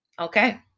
Okay